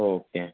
okay